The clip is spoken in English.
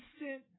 instant